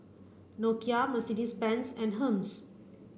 Nokia Mercedes Benz and Hermes